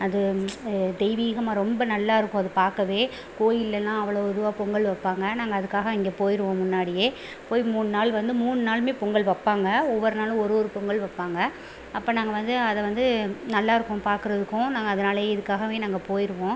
அது தெய்வீகமாக ரொம்ப நல்லாருக்கும் அது பார்க்கவே கோயில்லலாம் அவ்வளோ இதுவாக பொங்கல் வைப்பாங்க நாங்கள் அதுக்காக அங்கே போயிடுவோம் முன்னாடியே போய் மூணு நாள் வந்து மூணு நாளுமே பொங்கல் வைப்பாங்க ஒவ்வொரு நாளும் ஒரு ஒரு பொங்கல் வைப்பாங்க அப்போ நாங்கள் வந்து அதை வந்து நல்லாருக்கும் பார்க்குறதுக்கும் நாங்கள் அதனால இதுக்காகவே நாங்கள் போயிடுவோம்